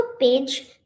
page